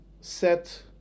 set